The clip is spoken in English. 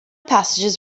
passages